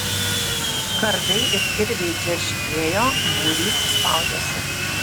kardai ir kirviai džerškėjo būrys spaudėsi